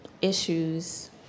issues